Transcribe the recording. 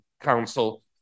council